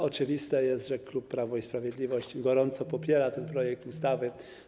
Oczywiste jest, że klub Prawo i Sprawiedliwość gorąco popiera ten projekt ustawy.